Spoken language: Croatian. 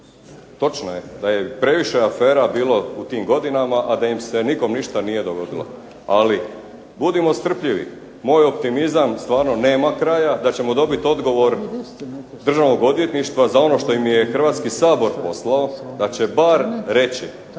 točno je da je previše afera bilo u tim godinama, a da im se nikom ništa nije dogodilo. Ali budimo strpljivi, moj optimizam stvarno nema kraja, da ćemo dobiti odgovor državnog odvjetništva za ono što im je Hrvatski sabor poslao, da će bar reći